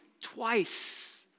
twice